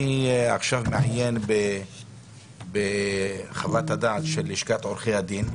אני מעיין עכשיו בחוות הדעת של לשכת עורכי הדין,